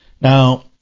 Now